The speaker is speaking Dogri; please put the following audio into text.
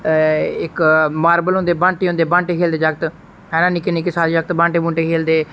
इक मारबल होंदे ब्हांटे होंदे ब्हांटे खेलदे जागत है ना निक्के निक्के सारे जगत ब्हांटे ब्हांटे खेलदे